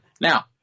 Now